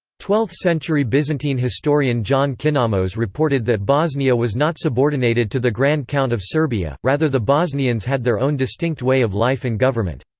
twelfth century byzantine historian john kinnamos reported that bosnia was not subordinated to the grand count of serbia rather the bosnians had their own distinct way of life and government.